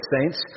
saints